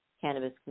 cannabis